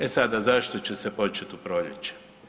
E sada, zašto će se počet u proljeće?